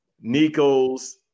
Nico's